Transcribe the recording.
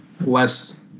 less